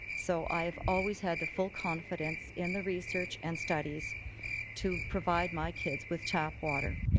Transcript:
so i have always had the full confidence in the research and studies to provide my kids with tap water.